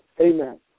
Amen